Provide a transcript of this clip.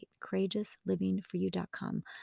courageouslivingforyou.com